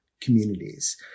communities